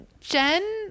Jen